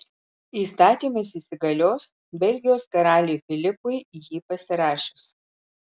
įstatymas įsigalios belgijos karaliui filipui jį pasirašius